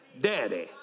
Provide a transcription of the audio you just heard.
Daddy